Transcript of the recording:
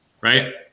Right